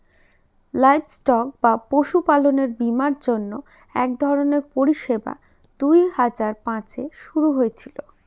livestock বা পশুপালনের বীমার জন্য এক পরিষেবা দুই হাজার পাঁচে শুরু হয়েছিল